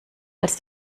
als